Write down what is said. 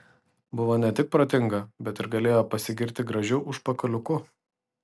buvo ne tik protinga bet ir galėjo pasigirti gražiu užpakaliuku